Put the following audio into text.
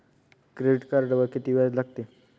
Credit कार्डवर किती व्याज लागते?